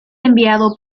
enviado